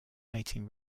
mating